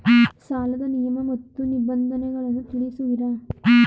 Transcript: ಸಾಲದ ನಿಯಮ ಮತ್ತು ನಿಬಂಧನೆಗಳನ್ನು ತಿಳಿಸುವಿರಾ?